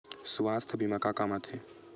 सुवास्थ बीमा का काम आ थे?